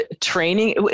training